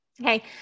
Okay